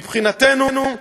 מבחינתנו,